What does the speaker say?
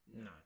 No